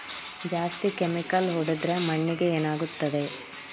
ಜಾಸ್ತಿ ಕೆಮಿಕಲ್ ಹೊಡೆದ್ರ ಮಣ್ಣಿಗೆ ಏನಾಗುತ್ತದೆ?